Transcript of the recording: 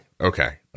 okay